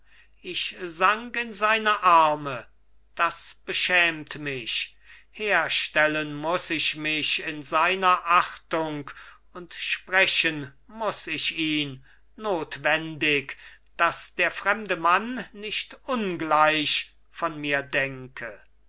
ich sank in seine arme das beschämt mich herstellen muß ich mich in seiner achtung und sprechen muß ich ihn notwendig daß der fremde mann nicht ungleich von mir denke